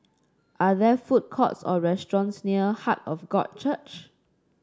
are there food courts or restaurants near Heart of God Church